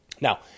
Now